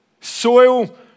Soil